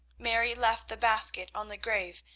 mary left the basket on the grave,